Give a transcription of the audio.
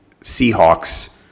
Seahawks